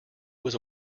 was